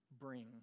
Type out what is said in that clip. bring